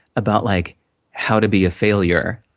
about like how to be a failure.